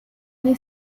gli